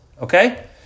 okay